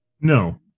No